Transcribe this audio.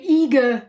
eager